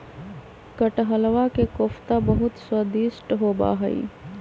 कटहलवा के कोफ्ता बहुत स्वादिष्ट होबा हई